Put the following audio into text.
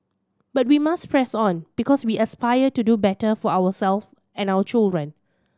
but we must press on because we aspire to do better for our self and our children